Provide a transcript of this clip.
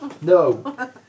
No